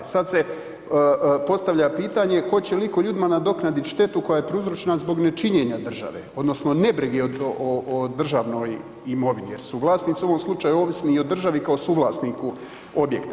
Sad se postavlja pitanje hoće li iko ljudima nadoknadit štetu koja je prouzročena zbog nečinjenja države odnosno nebrige o državnoj imovini jer su vlasnici u ovom slučaju ovisni i o državi kao suvlasniku objekta.